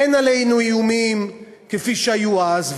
אין עלינו איומים כפי שהיו אז,